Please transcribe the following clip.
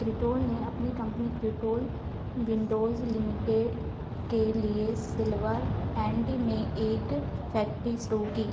क्रिटोल ने अपनी company Crittall Windows limited के लिए सिल्वर एंड में एक फैक्ट्री शुरू की